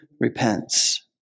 repents